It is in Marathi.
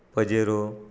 पजेरो